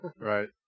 Right